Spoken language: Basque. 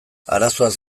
arazoaz